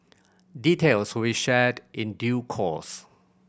details we shared in due course